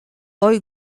ohi